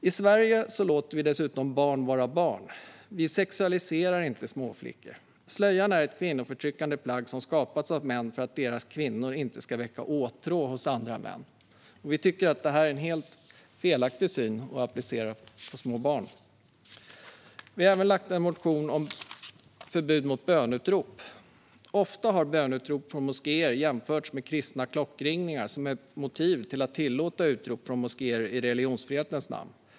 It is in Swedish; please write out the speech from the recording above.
I Sverige låter vi dessutom barn vara barn. Vi sexualiserar inte småflickor. Slöjan är ett kvinnoförtryckande plagg som skapats av män för att deras kvinnor inte ska väcka åtrå hos andra män. Vi tycker att det är en helt felaktig syn att applicera på små barn. Vi har även väckt en motion om förbud mot böneutrop. Ofta har böneutrop från moskéer jämförts med kristna klockringningar som ett motiv för att tillåta utrop från moskéer i religionsfrihetens namn.